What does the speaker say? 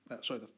sorry